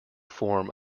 form